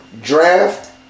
Draft